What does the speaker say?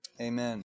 Amen